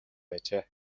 байжээ